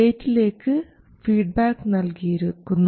ഗേറ്റിലേക്ക് ഫീഡ്ബാക്ക് നൽകിയിരിക്കുന്നു